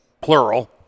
plural